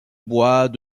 bois